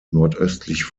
nordöstlich